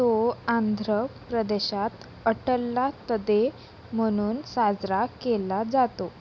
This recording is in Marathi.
तो आंध्र प्रदेशात अट्ला तद्दे म्हणून साजरा केला जातो